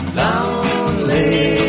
lonely